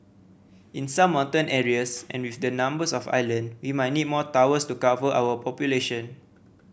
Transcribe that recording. in some mountain areas and with the numbers of island you might need more towers to cover our population